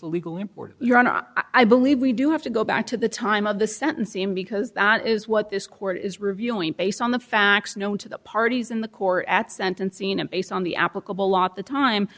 the legal import your honor i believe we do have to go back to the time of the sentencing because that is what this court is reviewing based on the facts known to the parties in the court at sentencing and based on the applicable law at the time